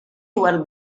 over